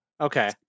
Okay